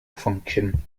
function